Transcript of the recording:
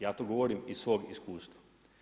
Ja to govorim iz svog iskustva.